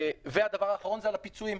הדבר האחרון זה על הפיצויים.